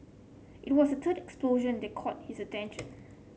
it was the third explosion that caught his attention